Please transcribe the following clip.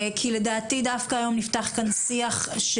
כי לדעתי דווקא היום נפתח כאן שיח.